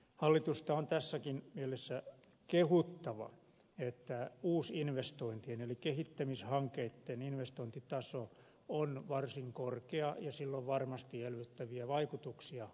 hallitusta on tässäkin mielessä kehuttava että uusinvestointien eli kehittämishankkeitten investointitaso on varsin korkea ja sillä on varmasti elvyttäviä vaikutuksia